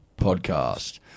Podcast